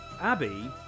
Abby